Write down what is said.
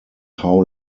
how